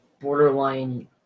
borderline